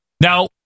Now